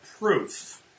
proof